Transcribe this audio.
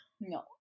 no